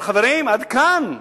אבל, חברים, עד כאן.